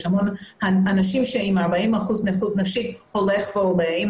מספר האנשים עם 40 אחוזי נכות נפשית הולך ועולה ואם